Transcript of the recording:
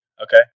Okay